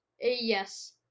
Yes